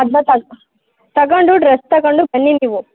ಅದನ್ನು ತಗ್ ತಗೊಂಡು ಡ್ರಸ್ ತಗೊಂಡು ಬನ್ನಿ ನೀವು